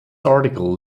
article